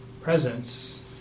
presence